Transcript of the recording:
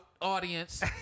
audience